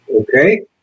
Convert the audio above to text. Okay